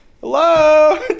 hello